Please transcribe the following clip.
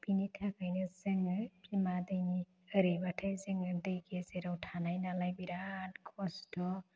बिनि थाखायनो जोङो बिमा दैनि ओरैबाथाय जोङो दै गेजेराव थानाय नालाय बेराद खस्थ'